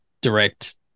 direct